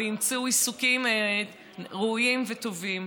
והם ימצאו עיסוקים ראויים וטובים.